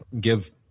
give